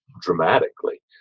dramatically